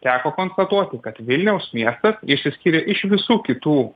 teko konstatuoti kad vilniaus miestas išsiskyrė iš visų kitų